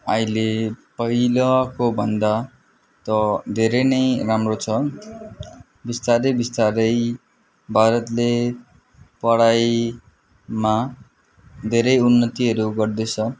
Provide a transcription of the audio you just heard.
अहिले पहिलाको भन्दा त धेरै नै राम्रो छ बिस्तारै बिस्तारै भारतले पढाइमा धेरै उन्नतिहरू गर्दैछ